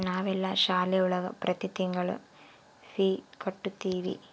ನಾವೆಲ್ಲ ಶಾಲೆ ಒಳಗ ಪ್ರತಿ ತಿಂಗಳು ಫೀ ಕಟ್ಟುತಿವಿ